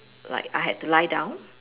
like I had to lie down